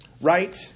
right